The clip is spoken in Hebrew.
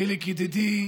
חיליק ידידי,